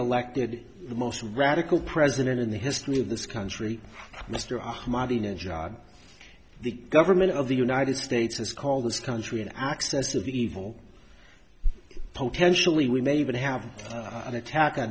elected the most radical president in the history of this country mr ahmadinejad the government of the united states has called this country an access of evil potentially we may even have an attack on